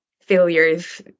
failures